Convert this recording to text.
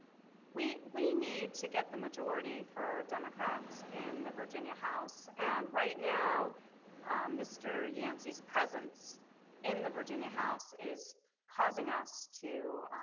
we we need to get the majority for democrats in and the virginia house. and right now mr. yancey's presence in the virginia house is causing us to